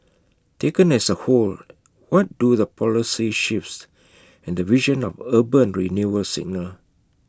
taken as A whole what do the policy shifts and the vision of urban renewal signal